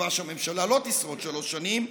בתקווה שהממשלה לא תשרוד שלוש שנים,